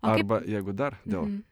arba jeigu dar dėl